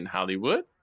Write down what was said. Hollywood